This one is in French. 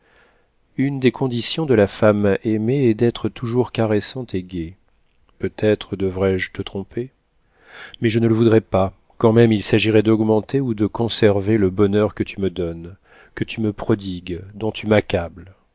une des conditions de la femme aimée est d'être toujours caressante et gaie peut-être devrais-je te tromper mais je ne le voudrais pas quand même il s'agirait d'augmenter ou de conserver le bonheur que tu me donnes que tu me prodigues dont tu m'accables